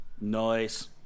Nice